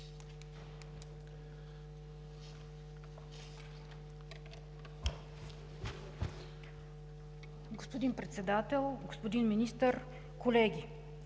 Господин Председател, господин Министър, колеги!